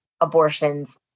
abortions